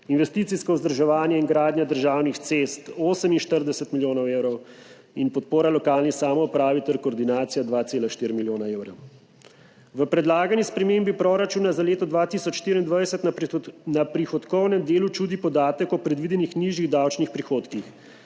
investicijsko vzdrževanje in gradnja državnih cest 48 milijonov evrov in podpora lokalni samoupravi ter koordinacija 2,4 milijona evrov. V predlagani spremembi proračuna za leto 2024 na prihodkovnem delu čudi podatek o predvidenih nižjih davčnih prihodkih.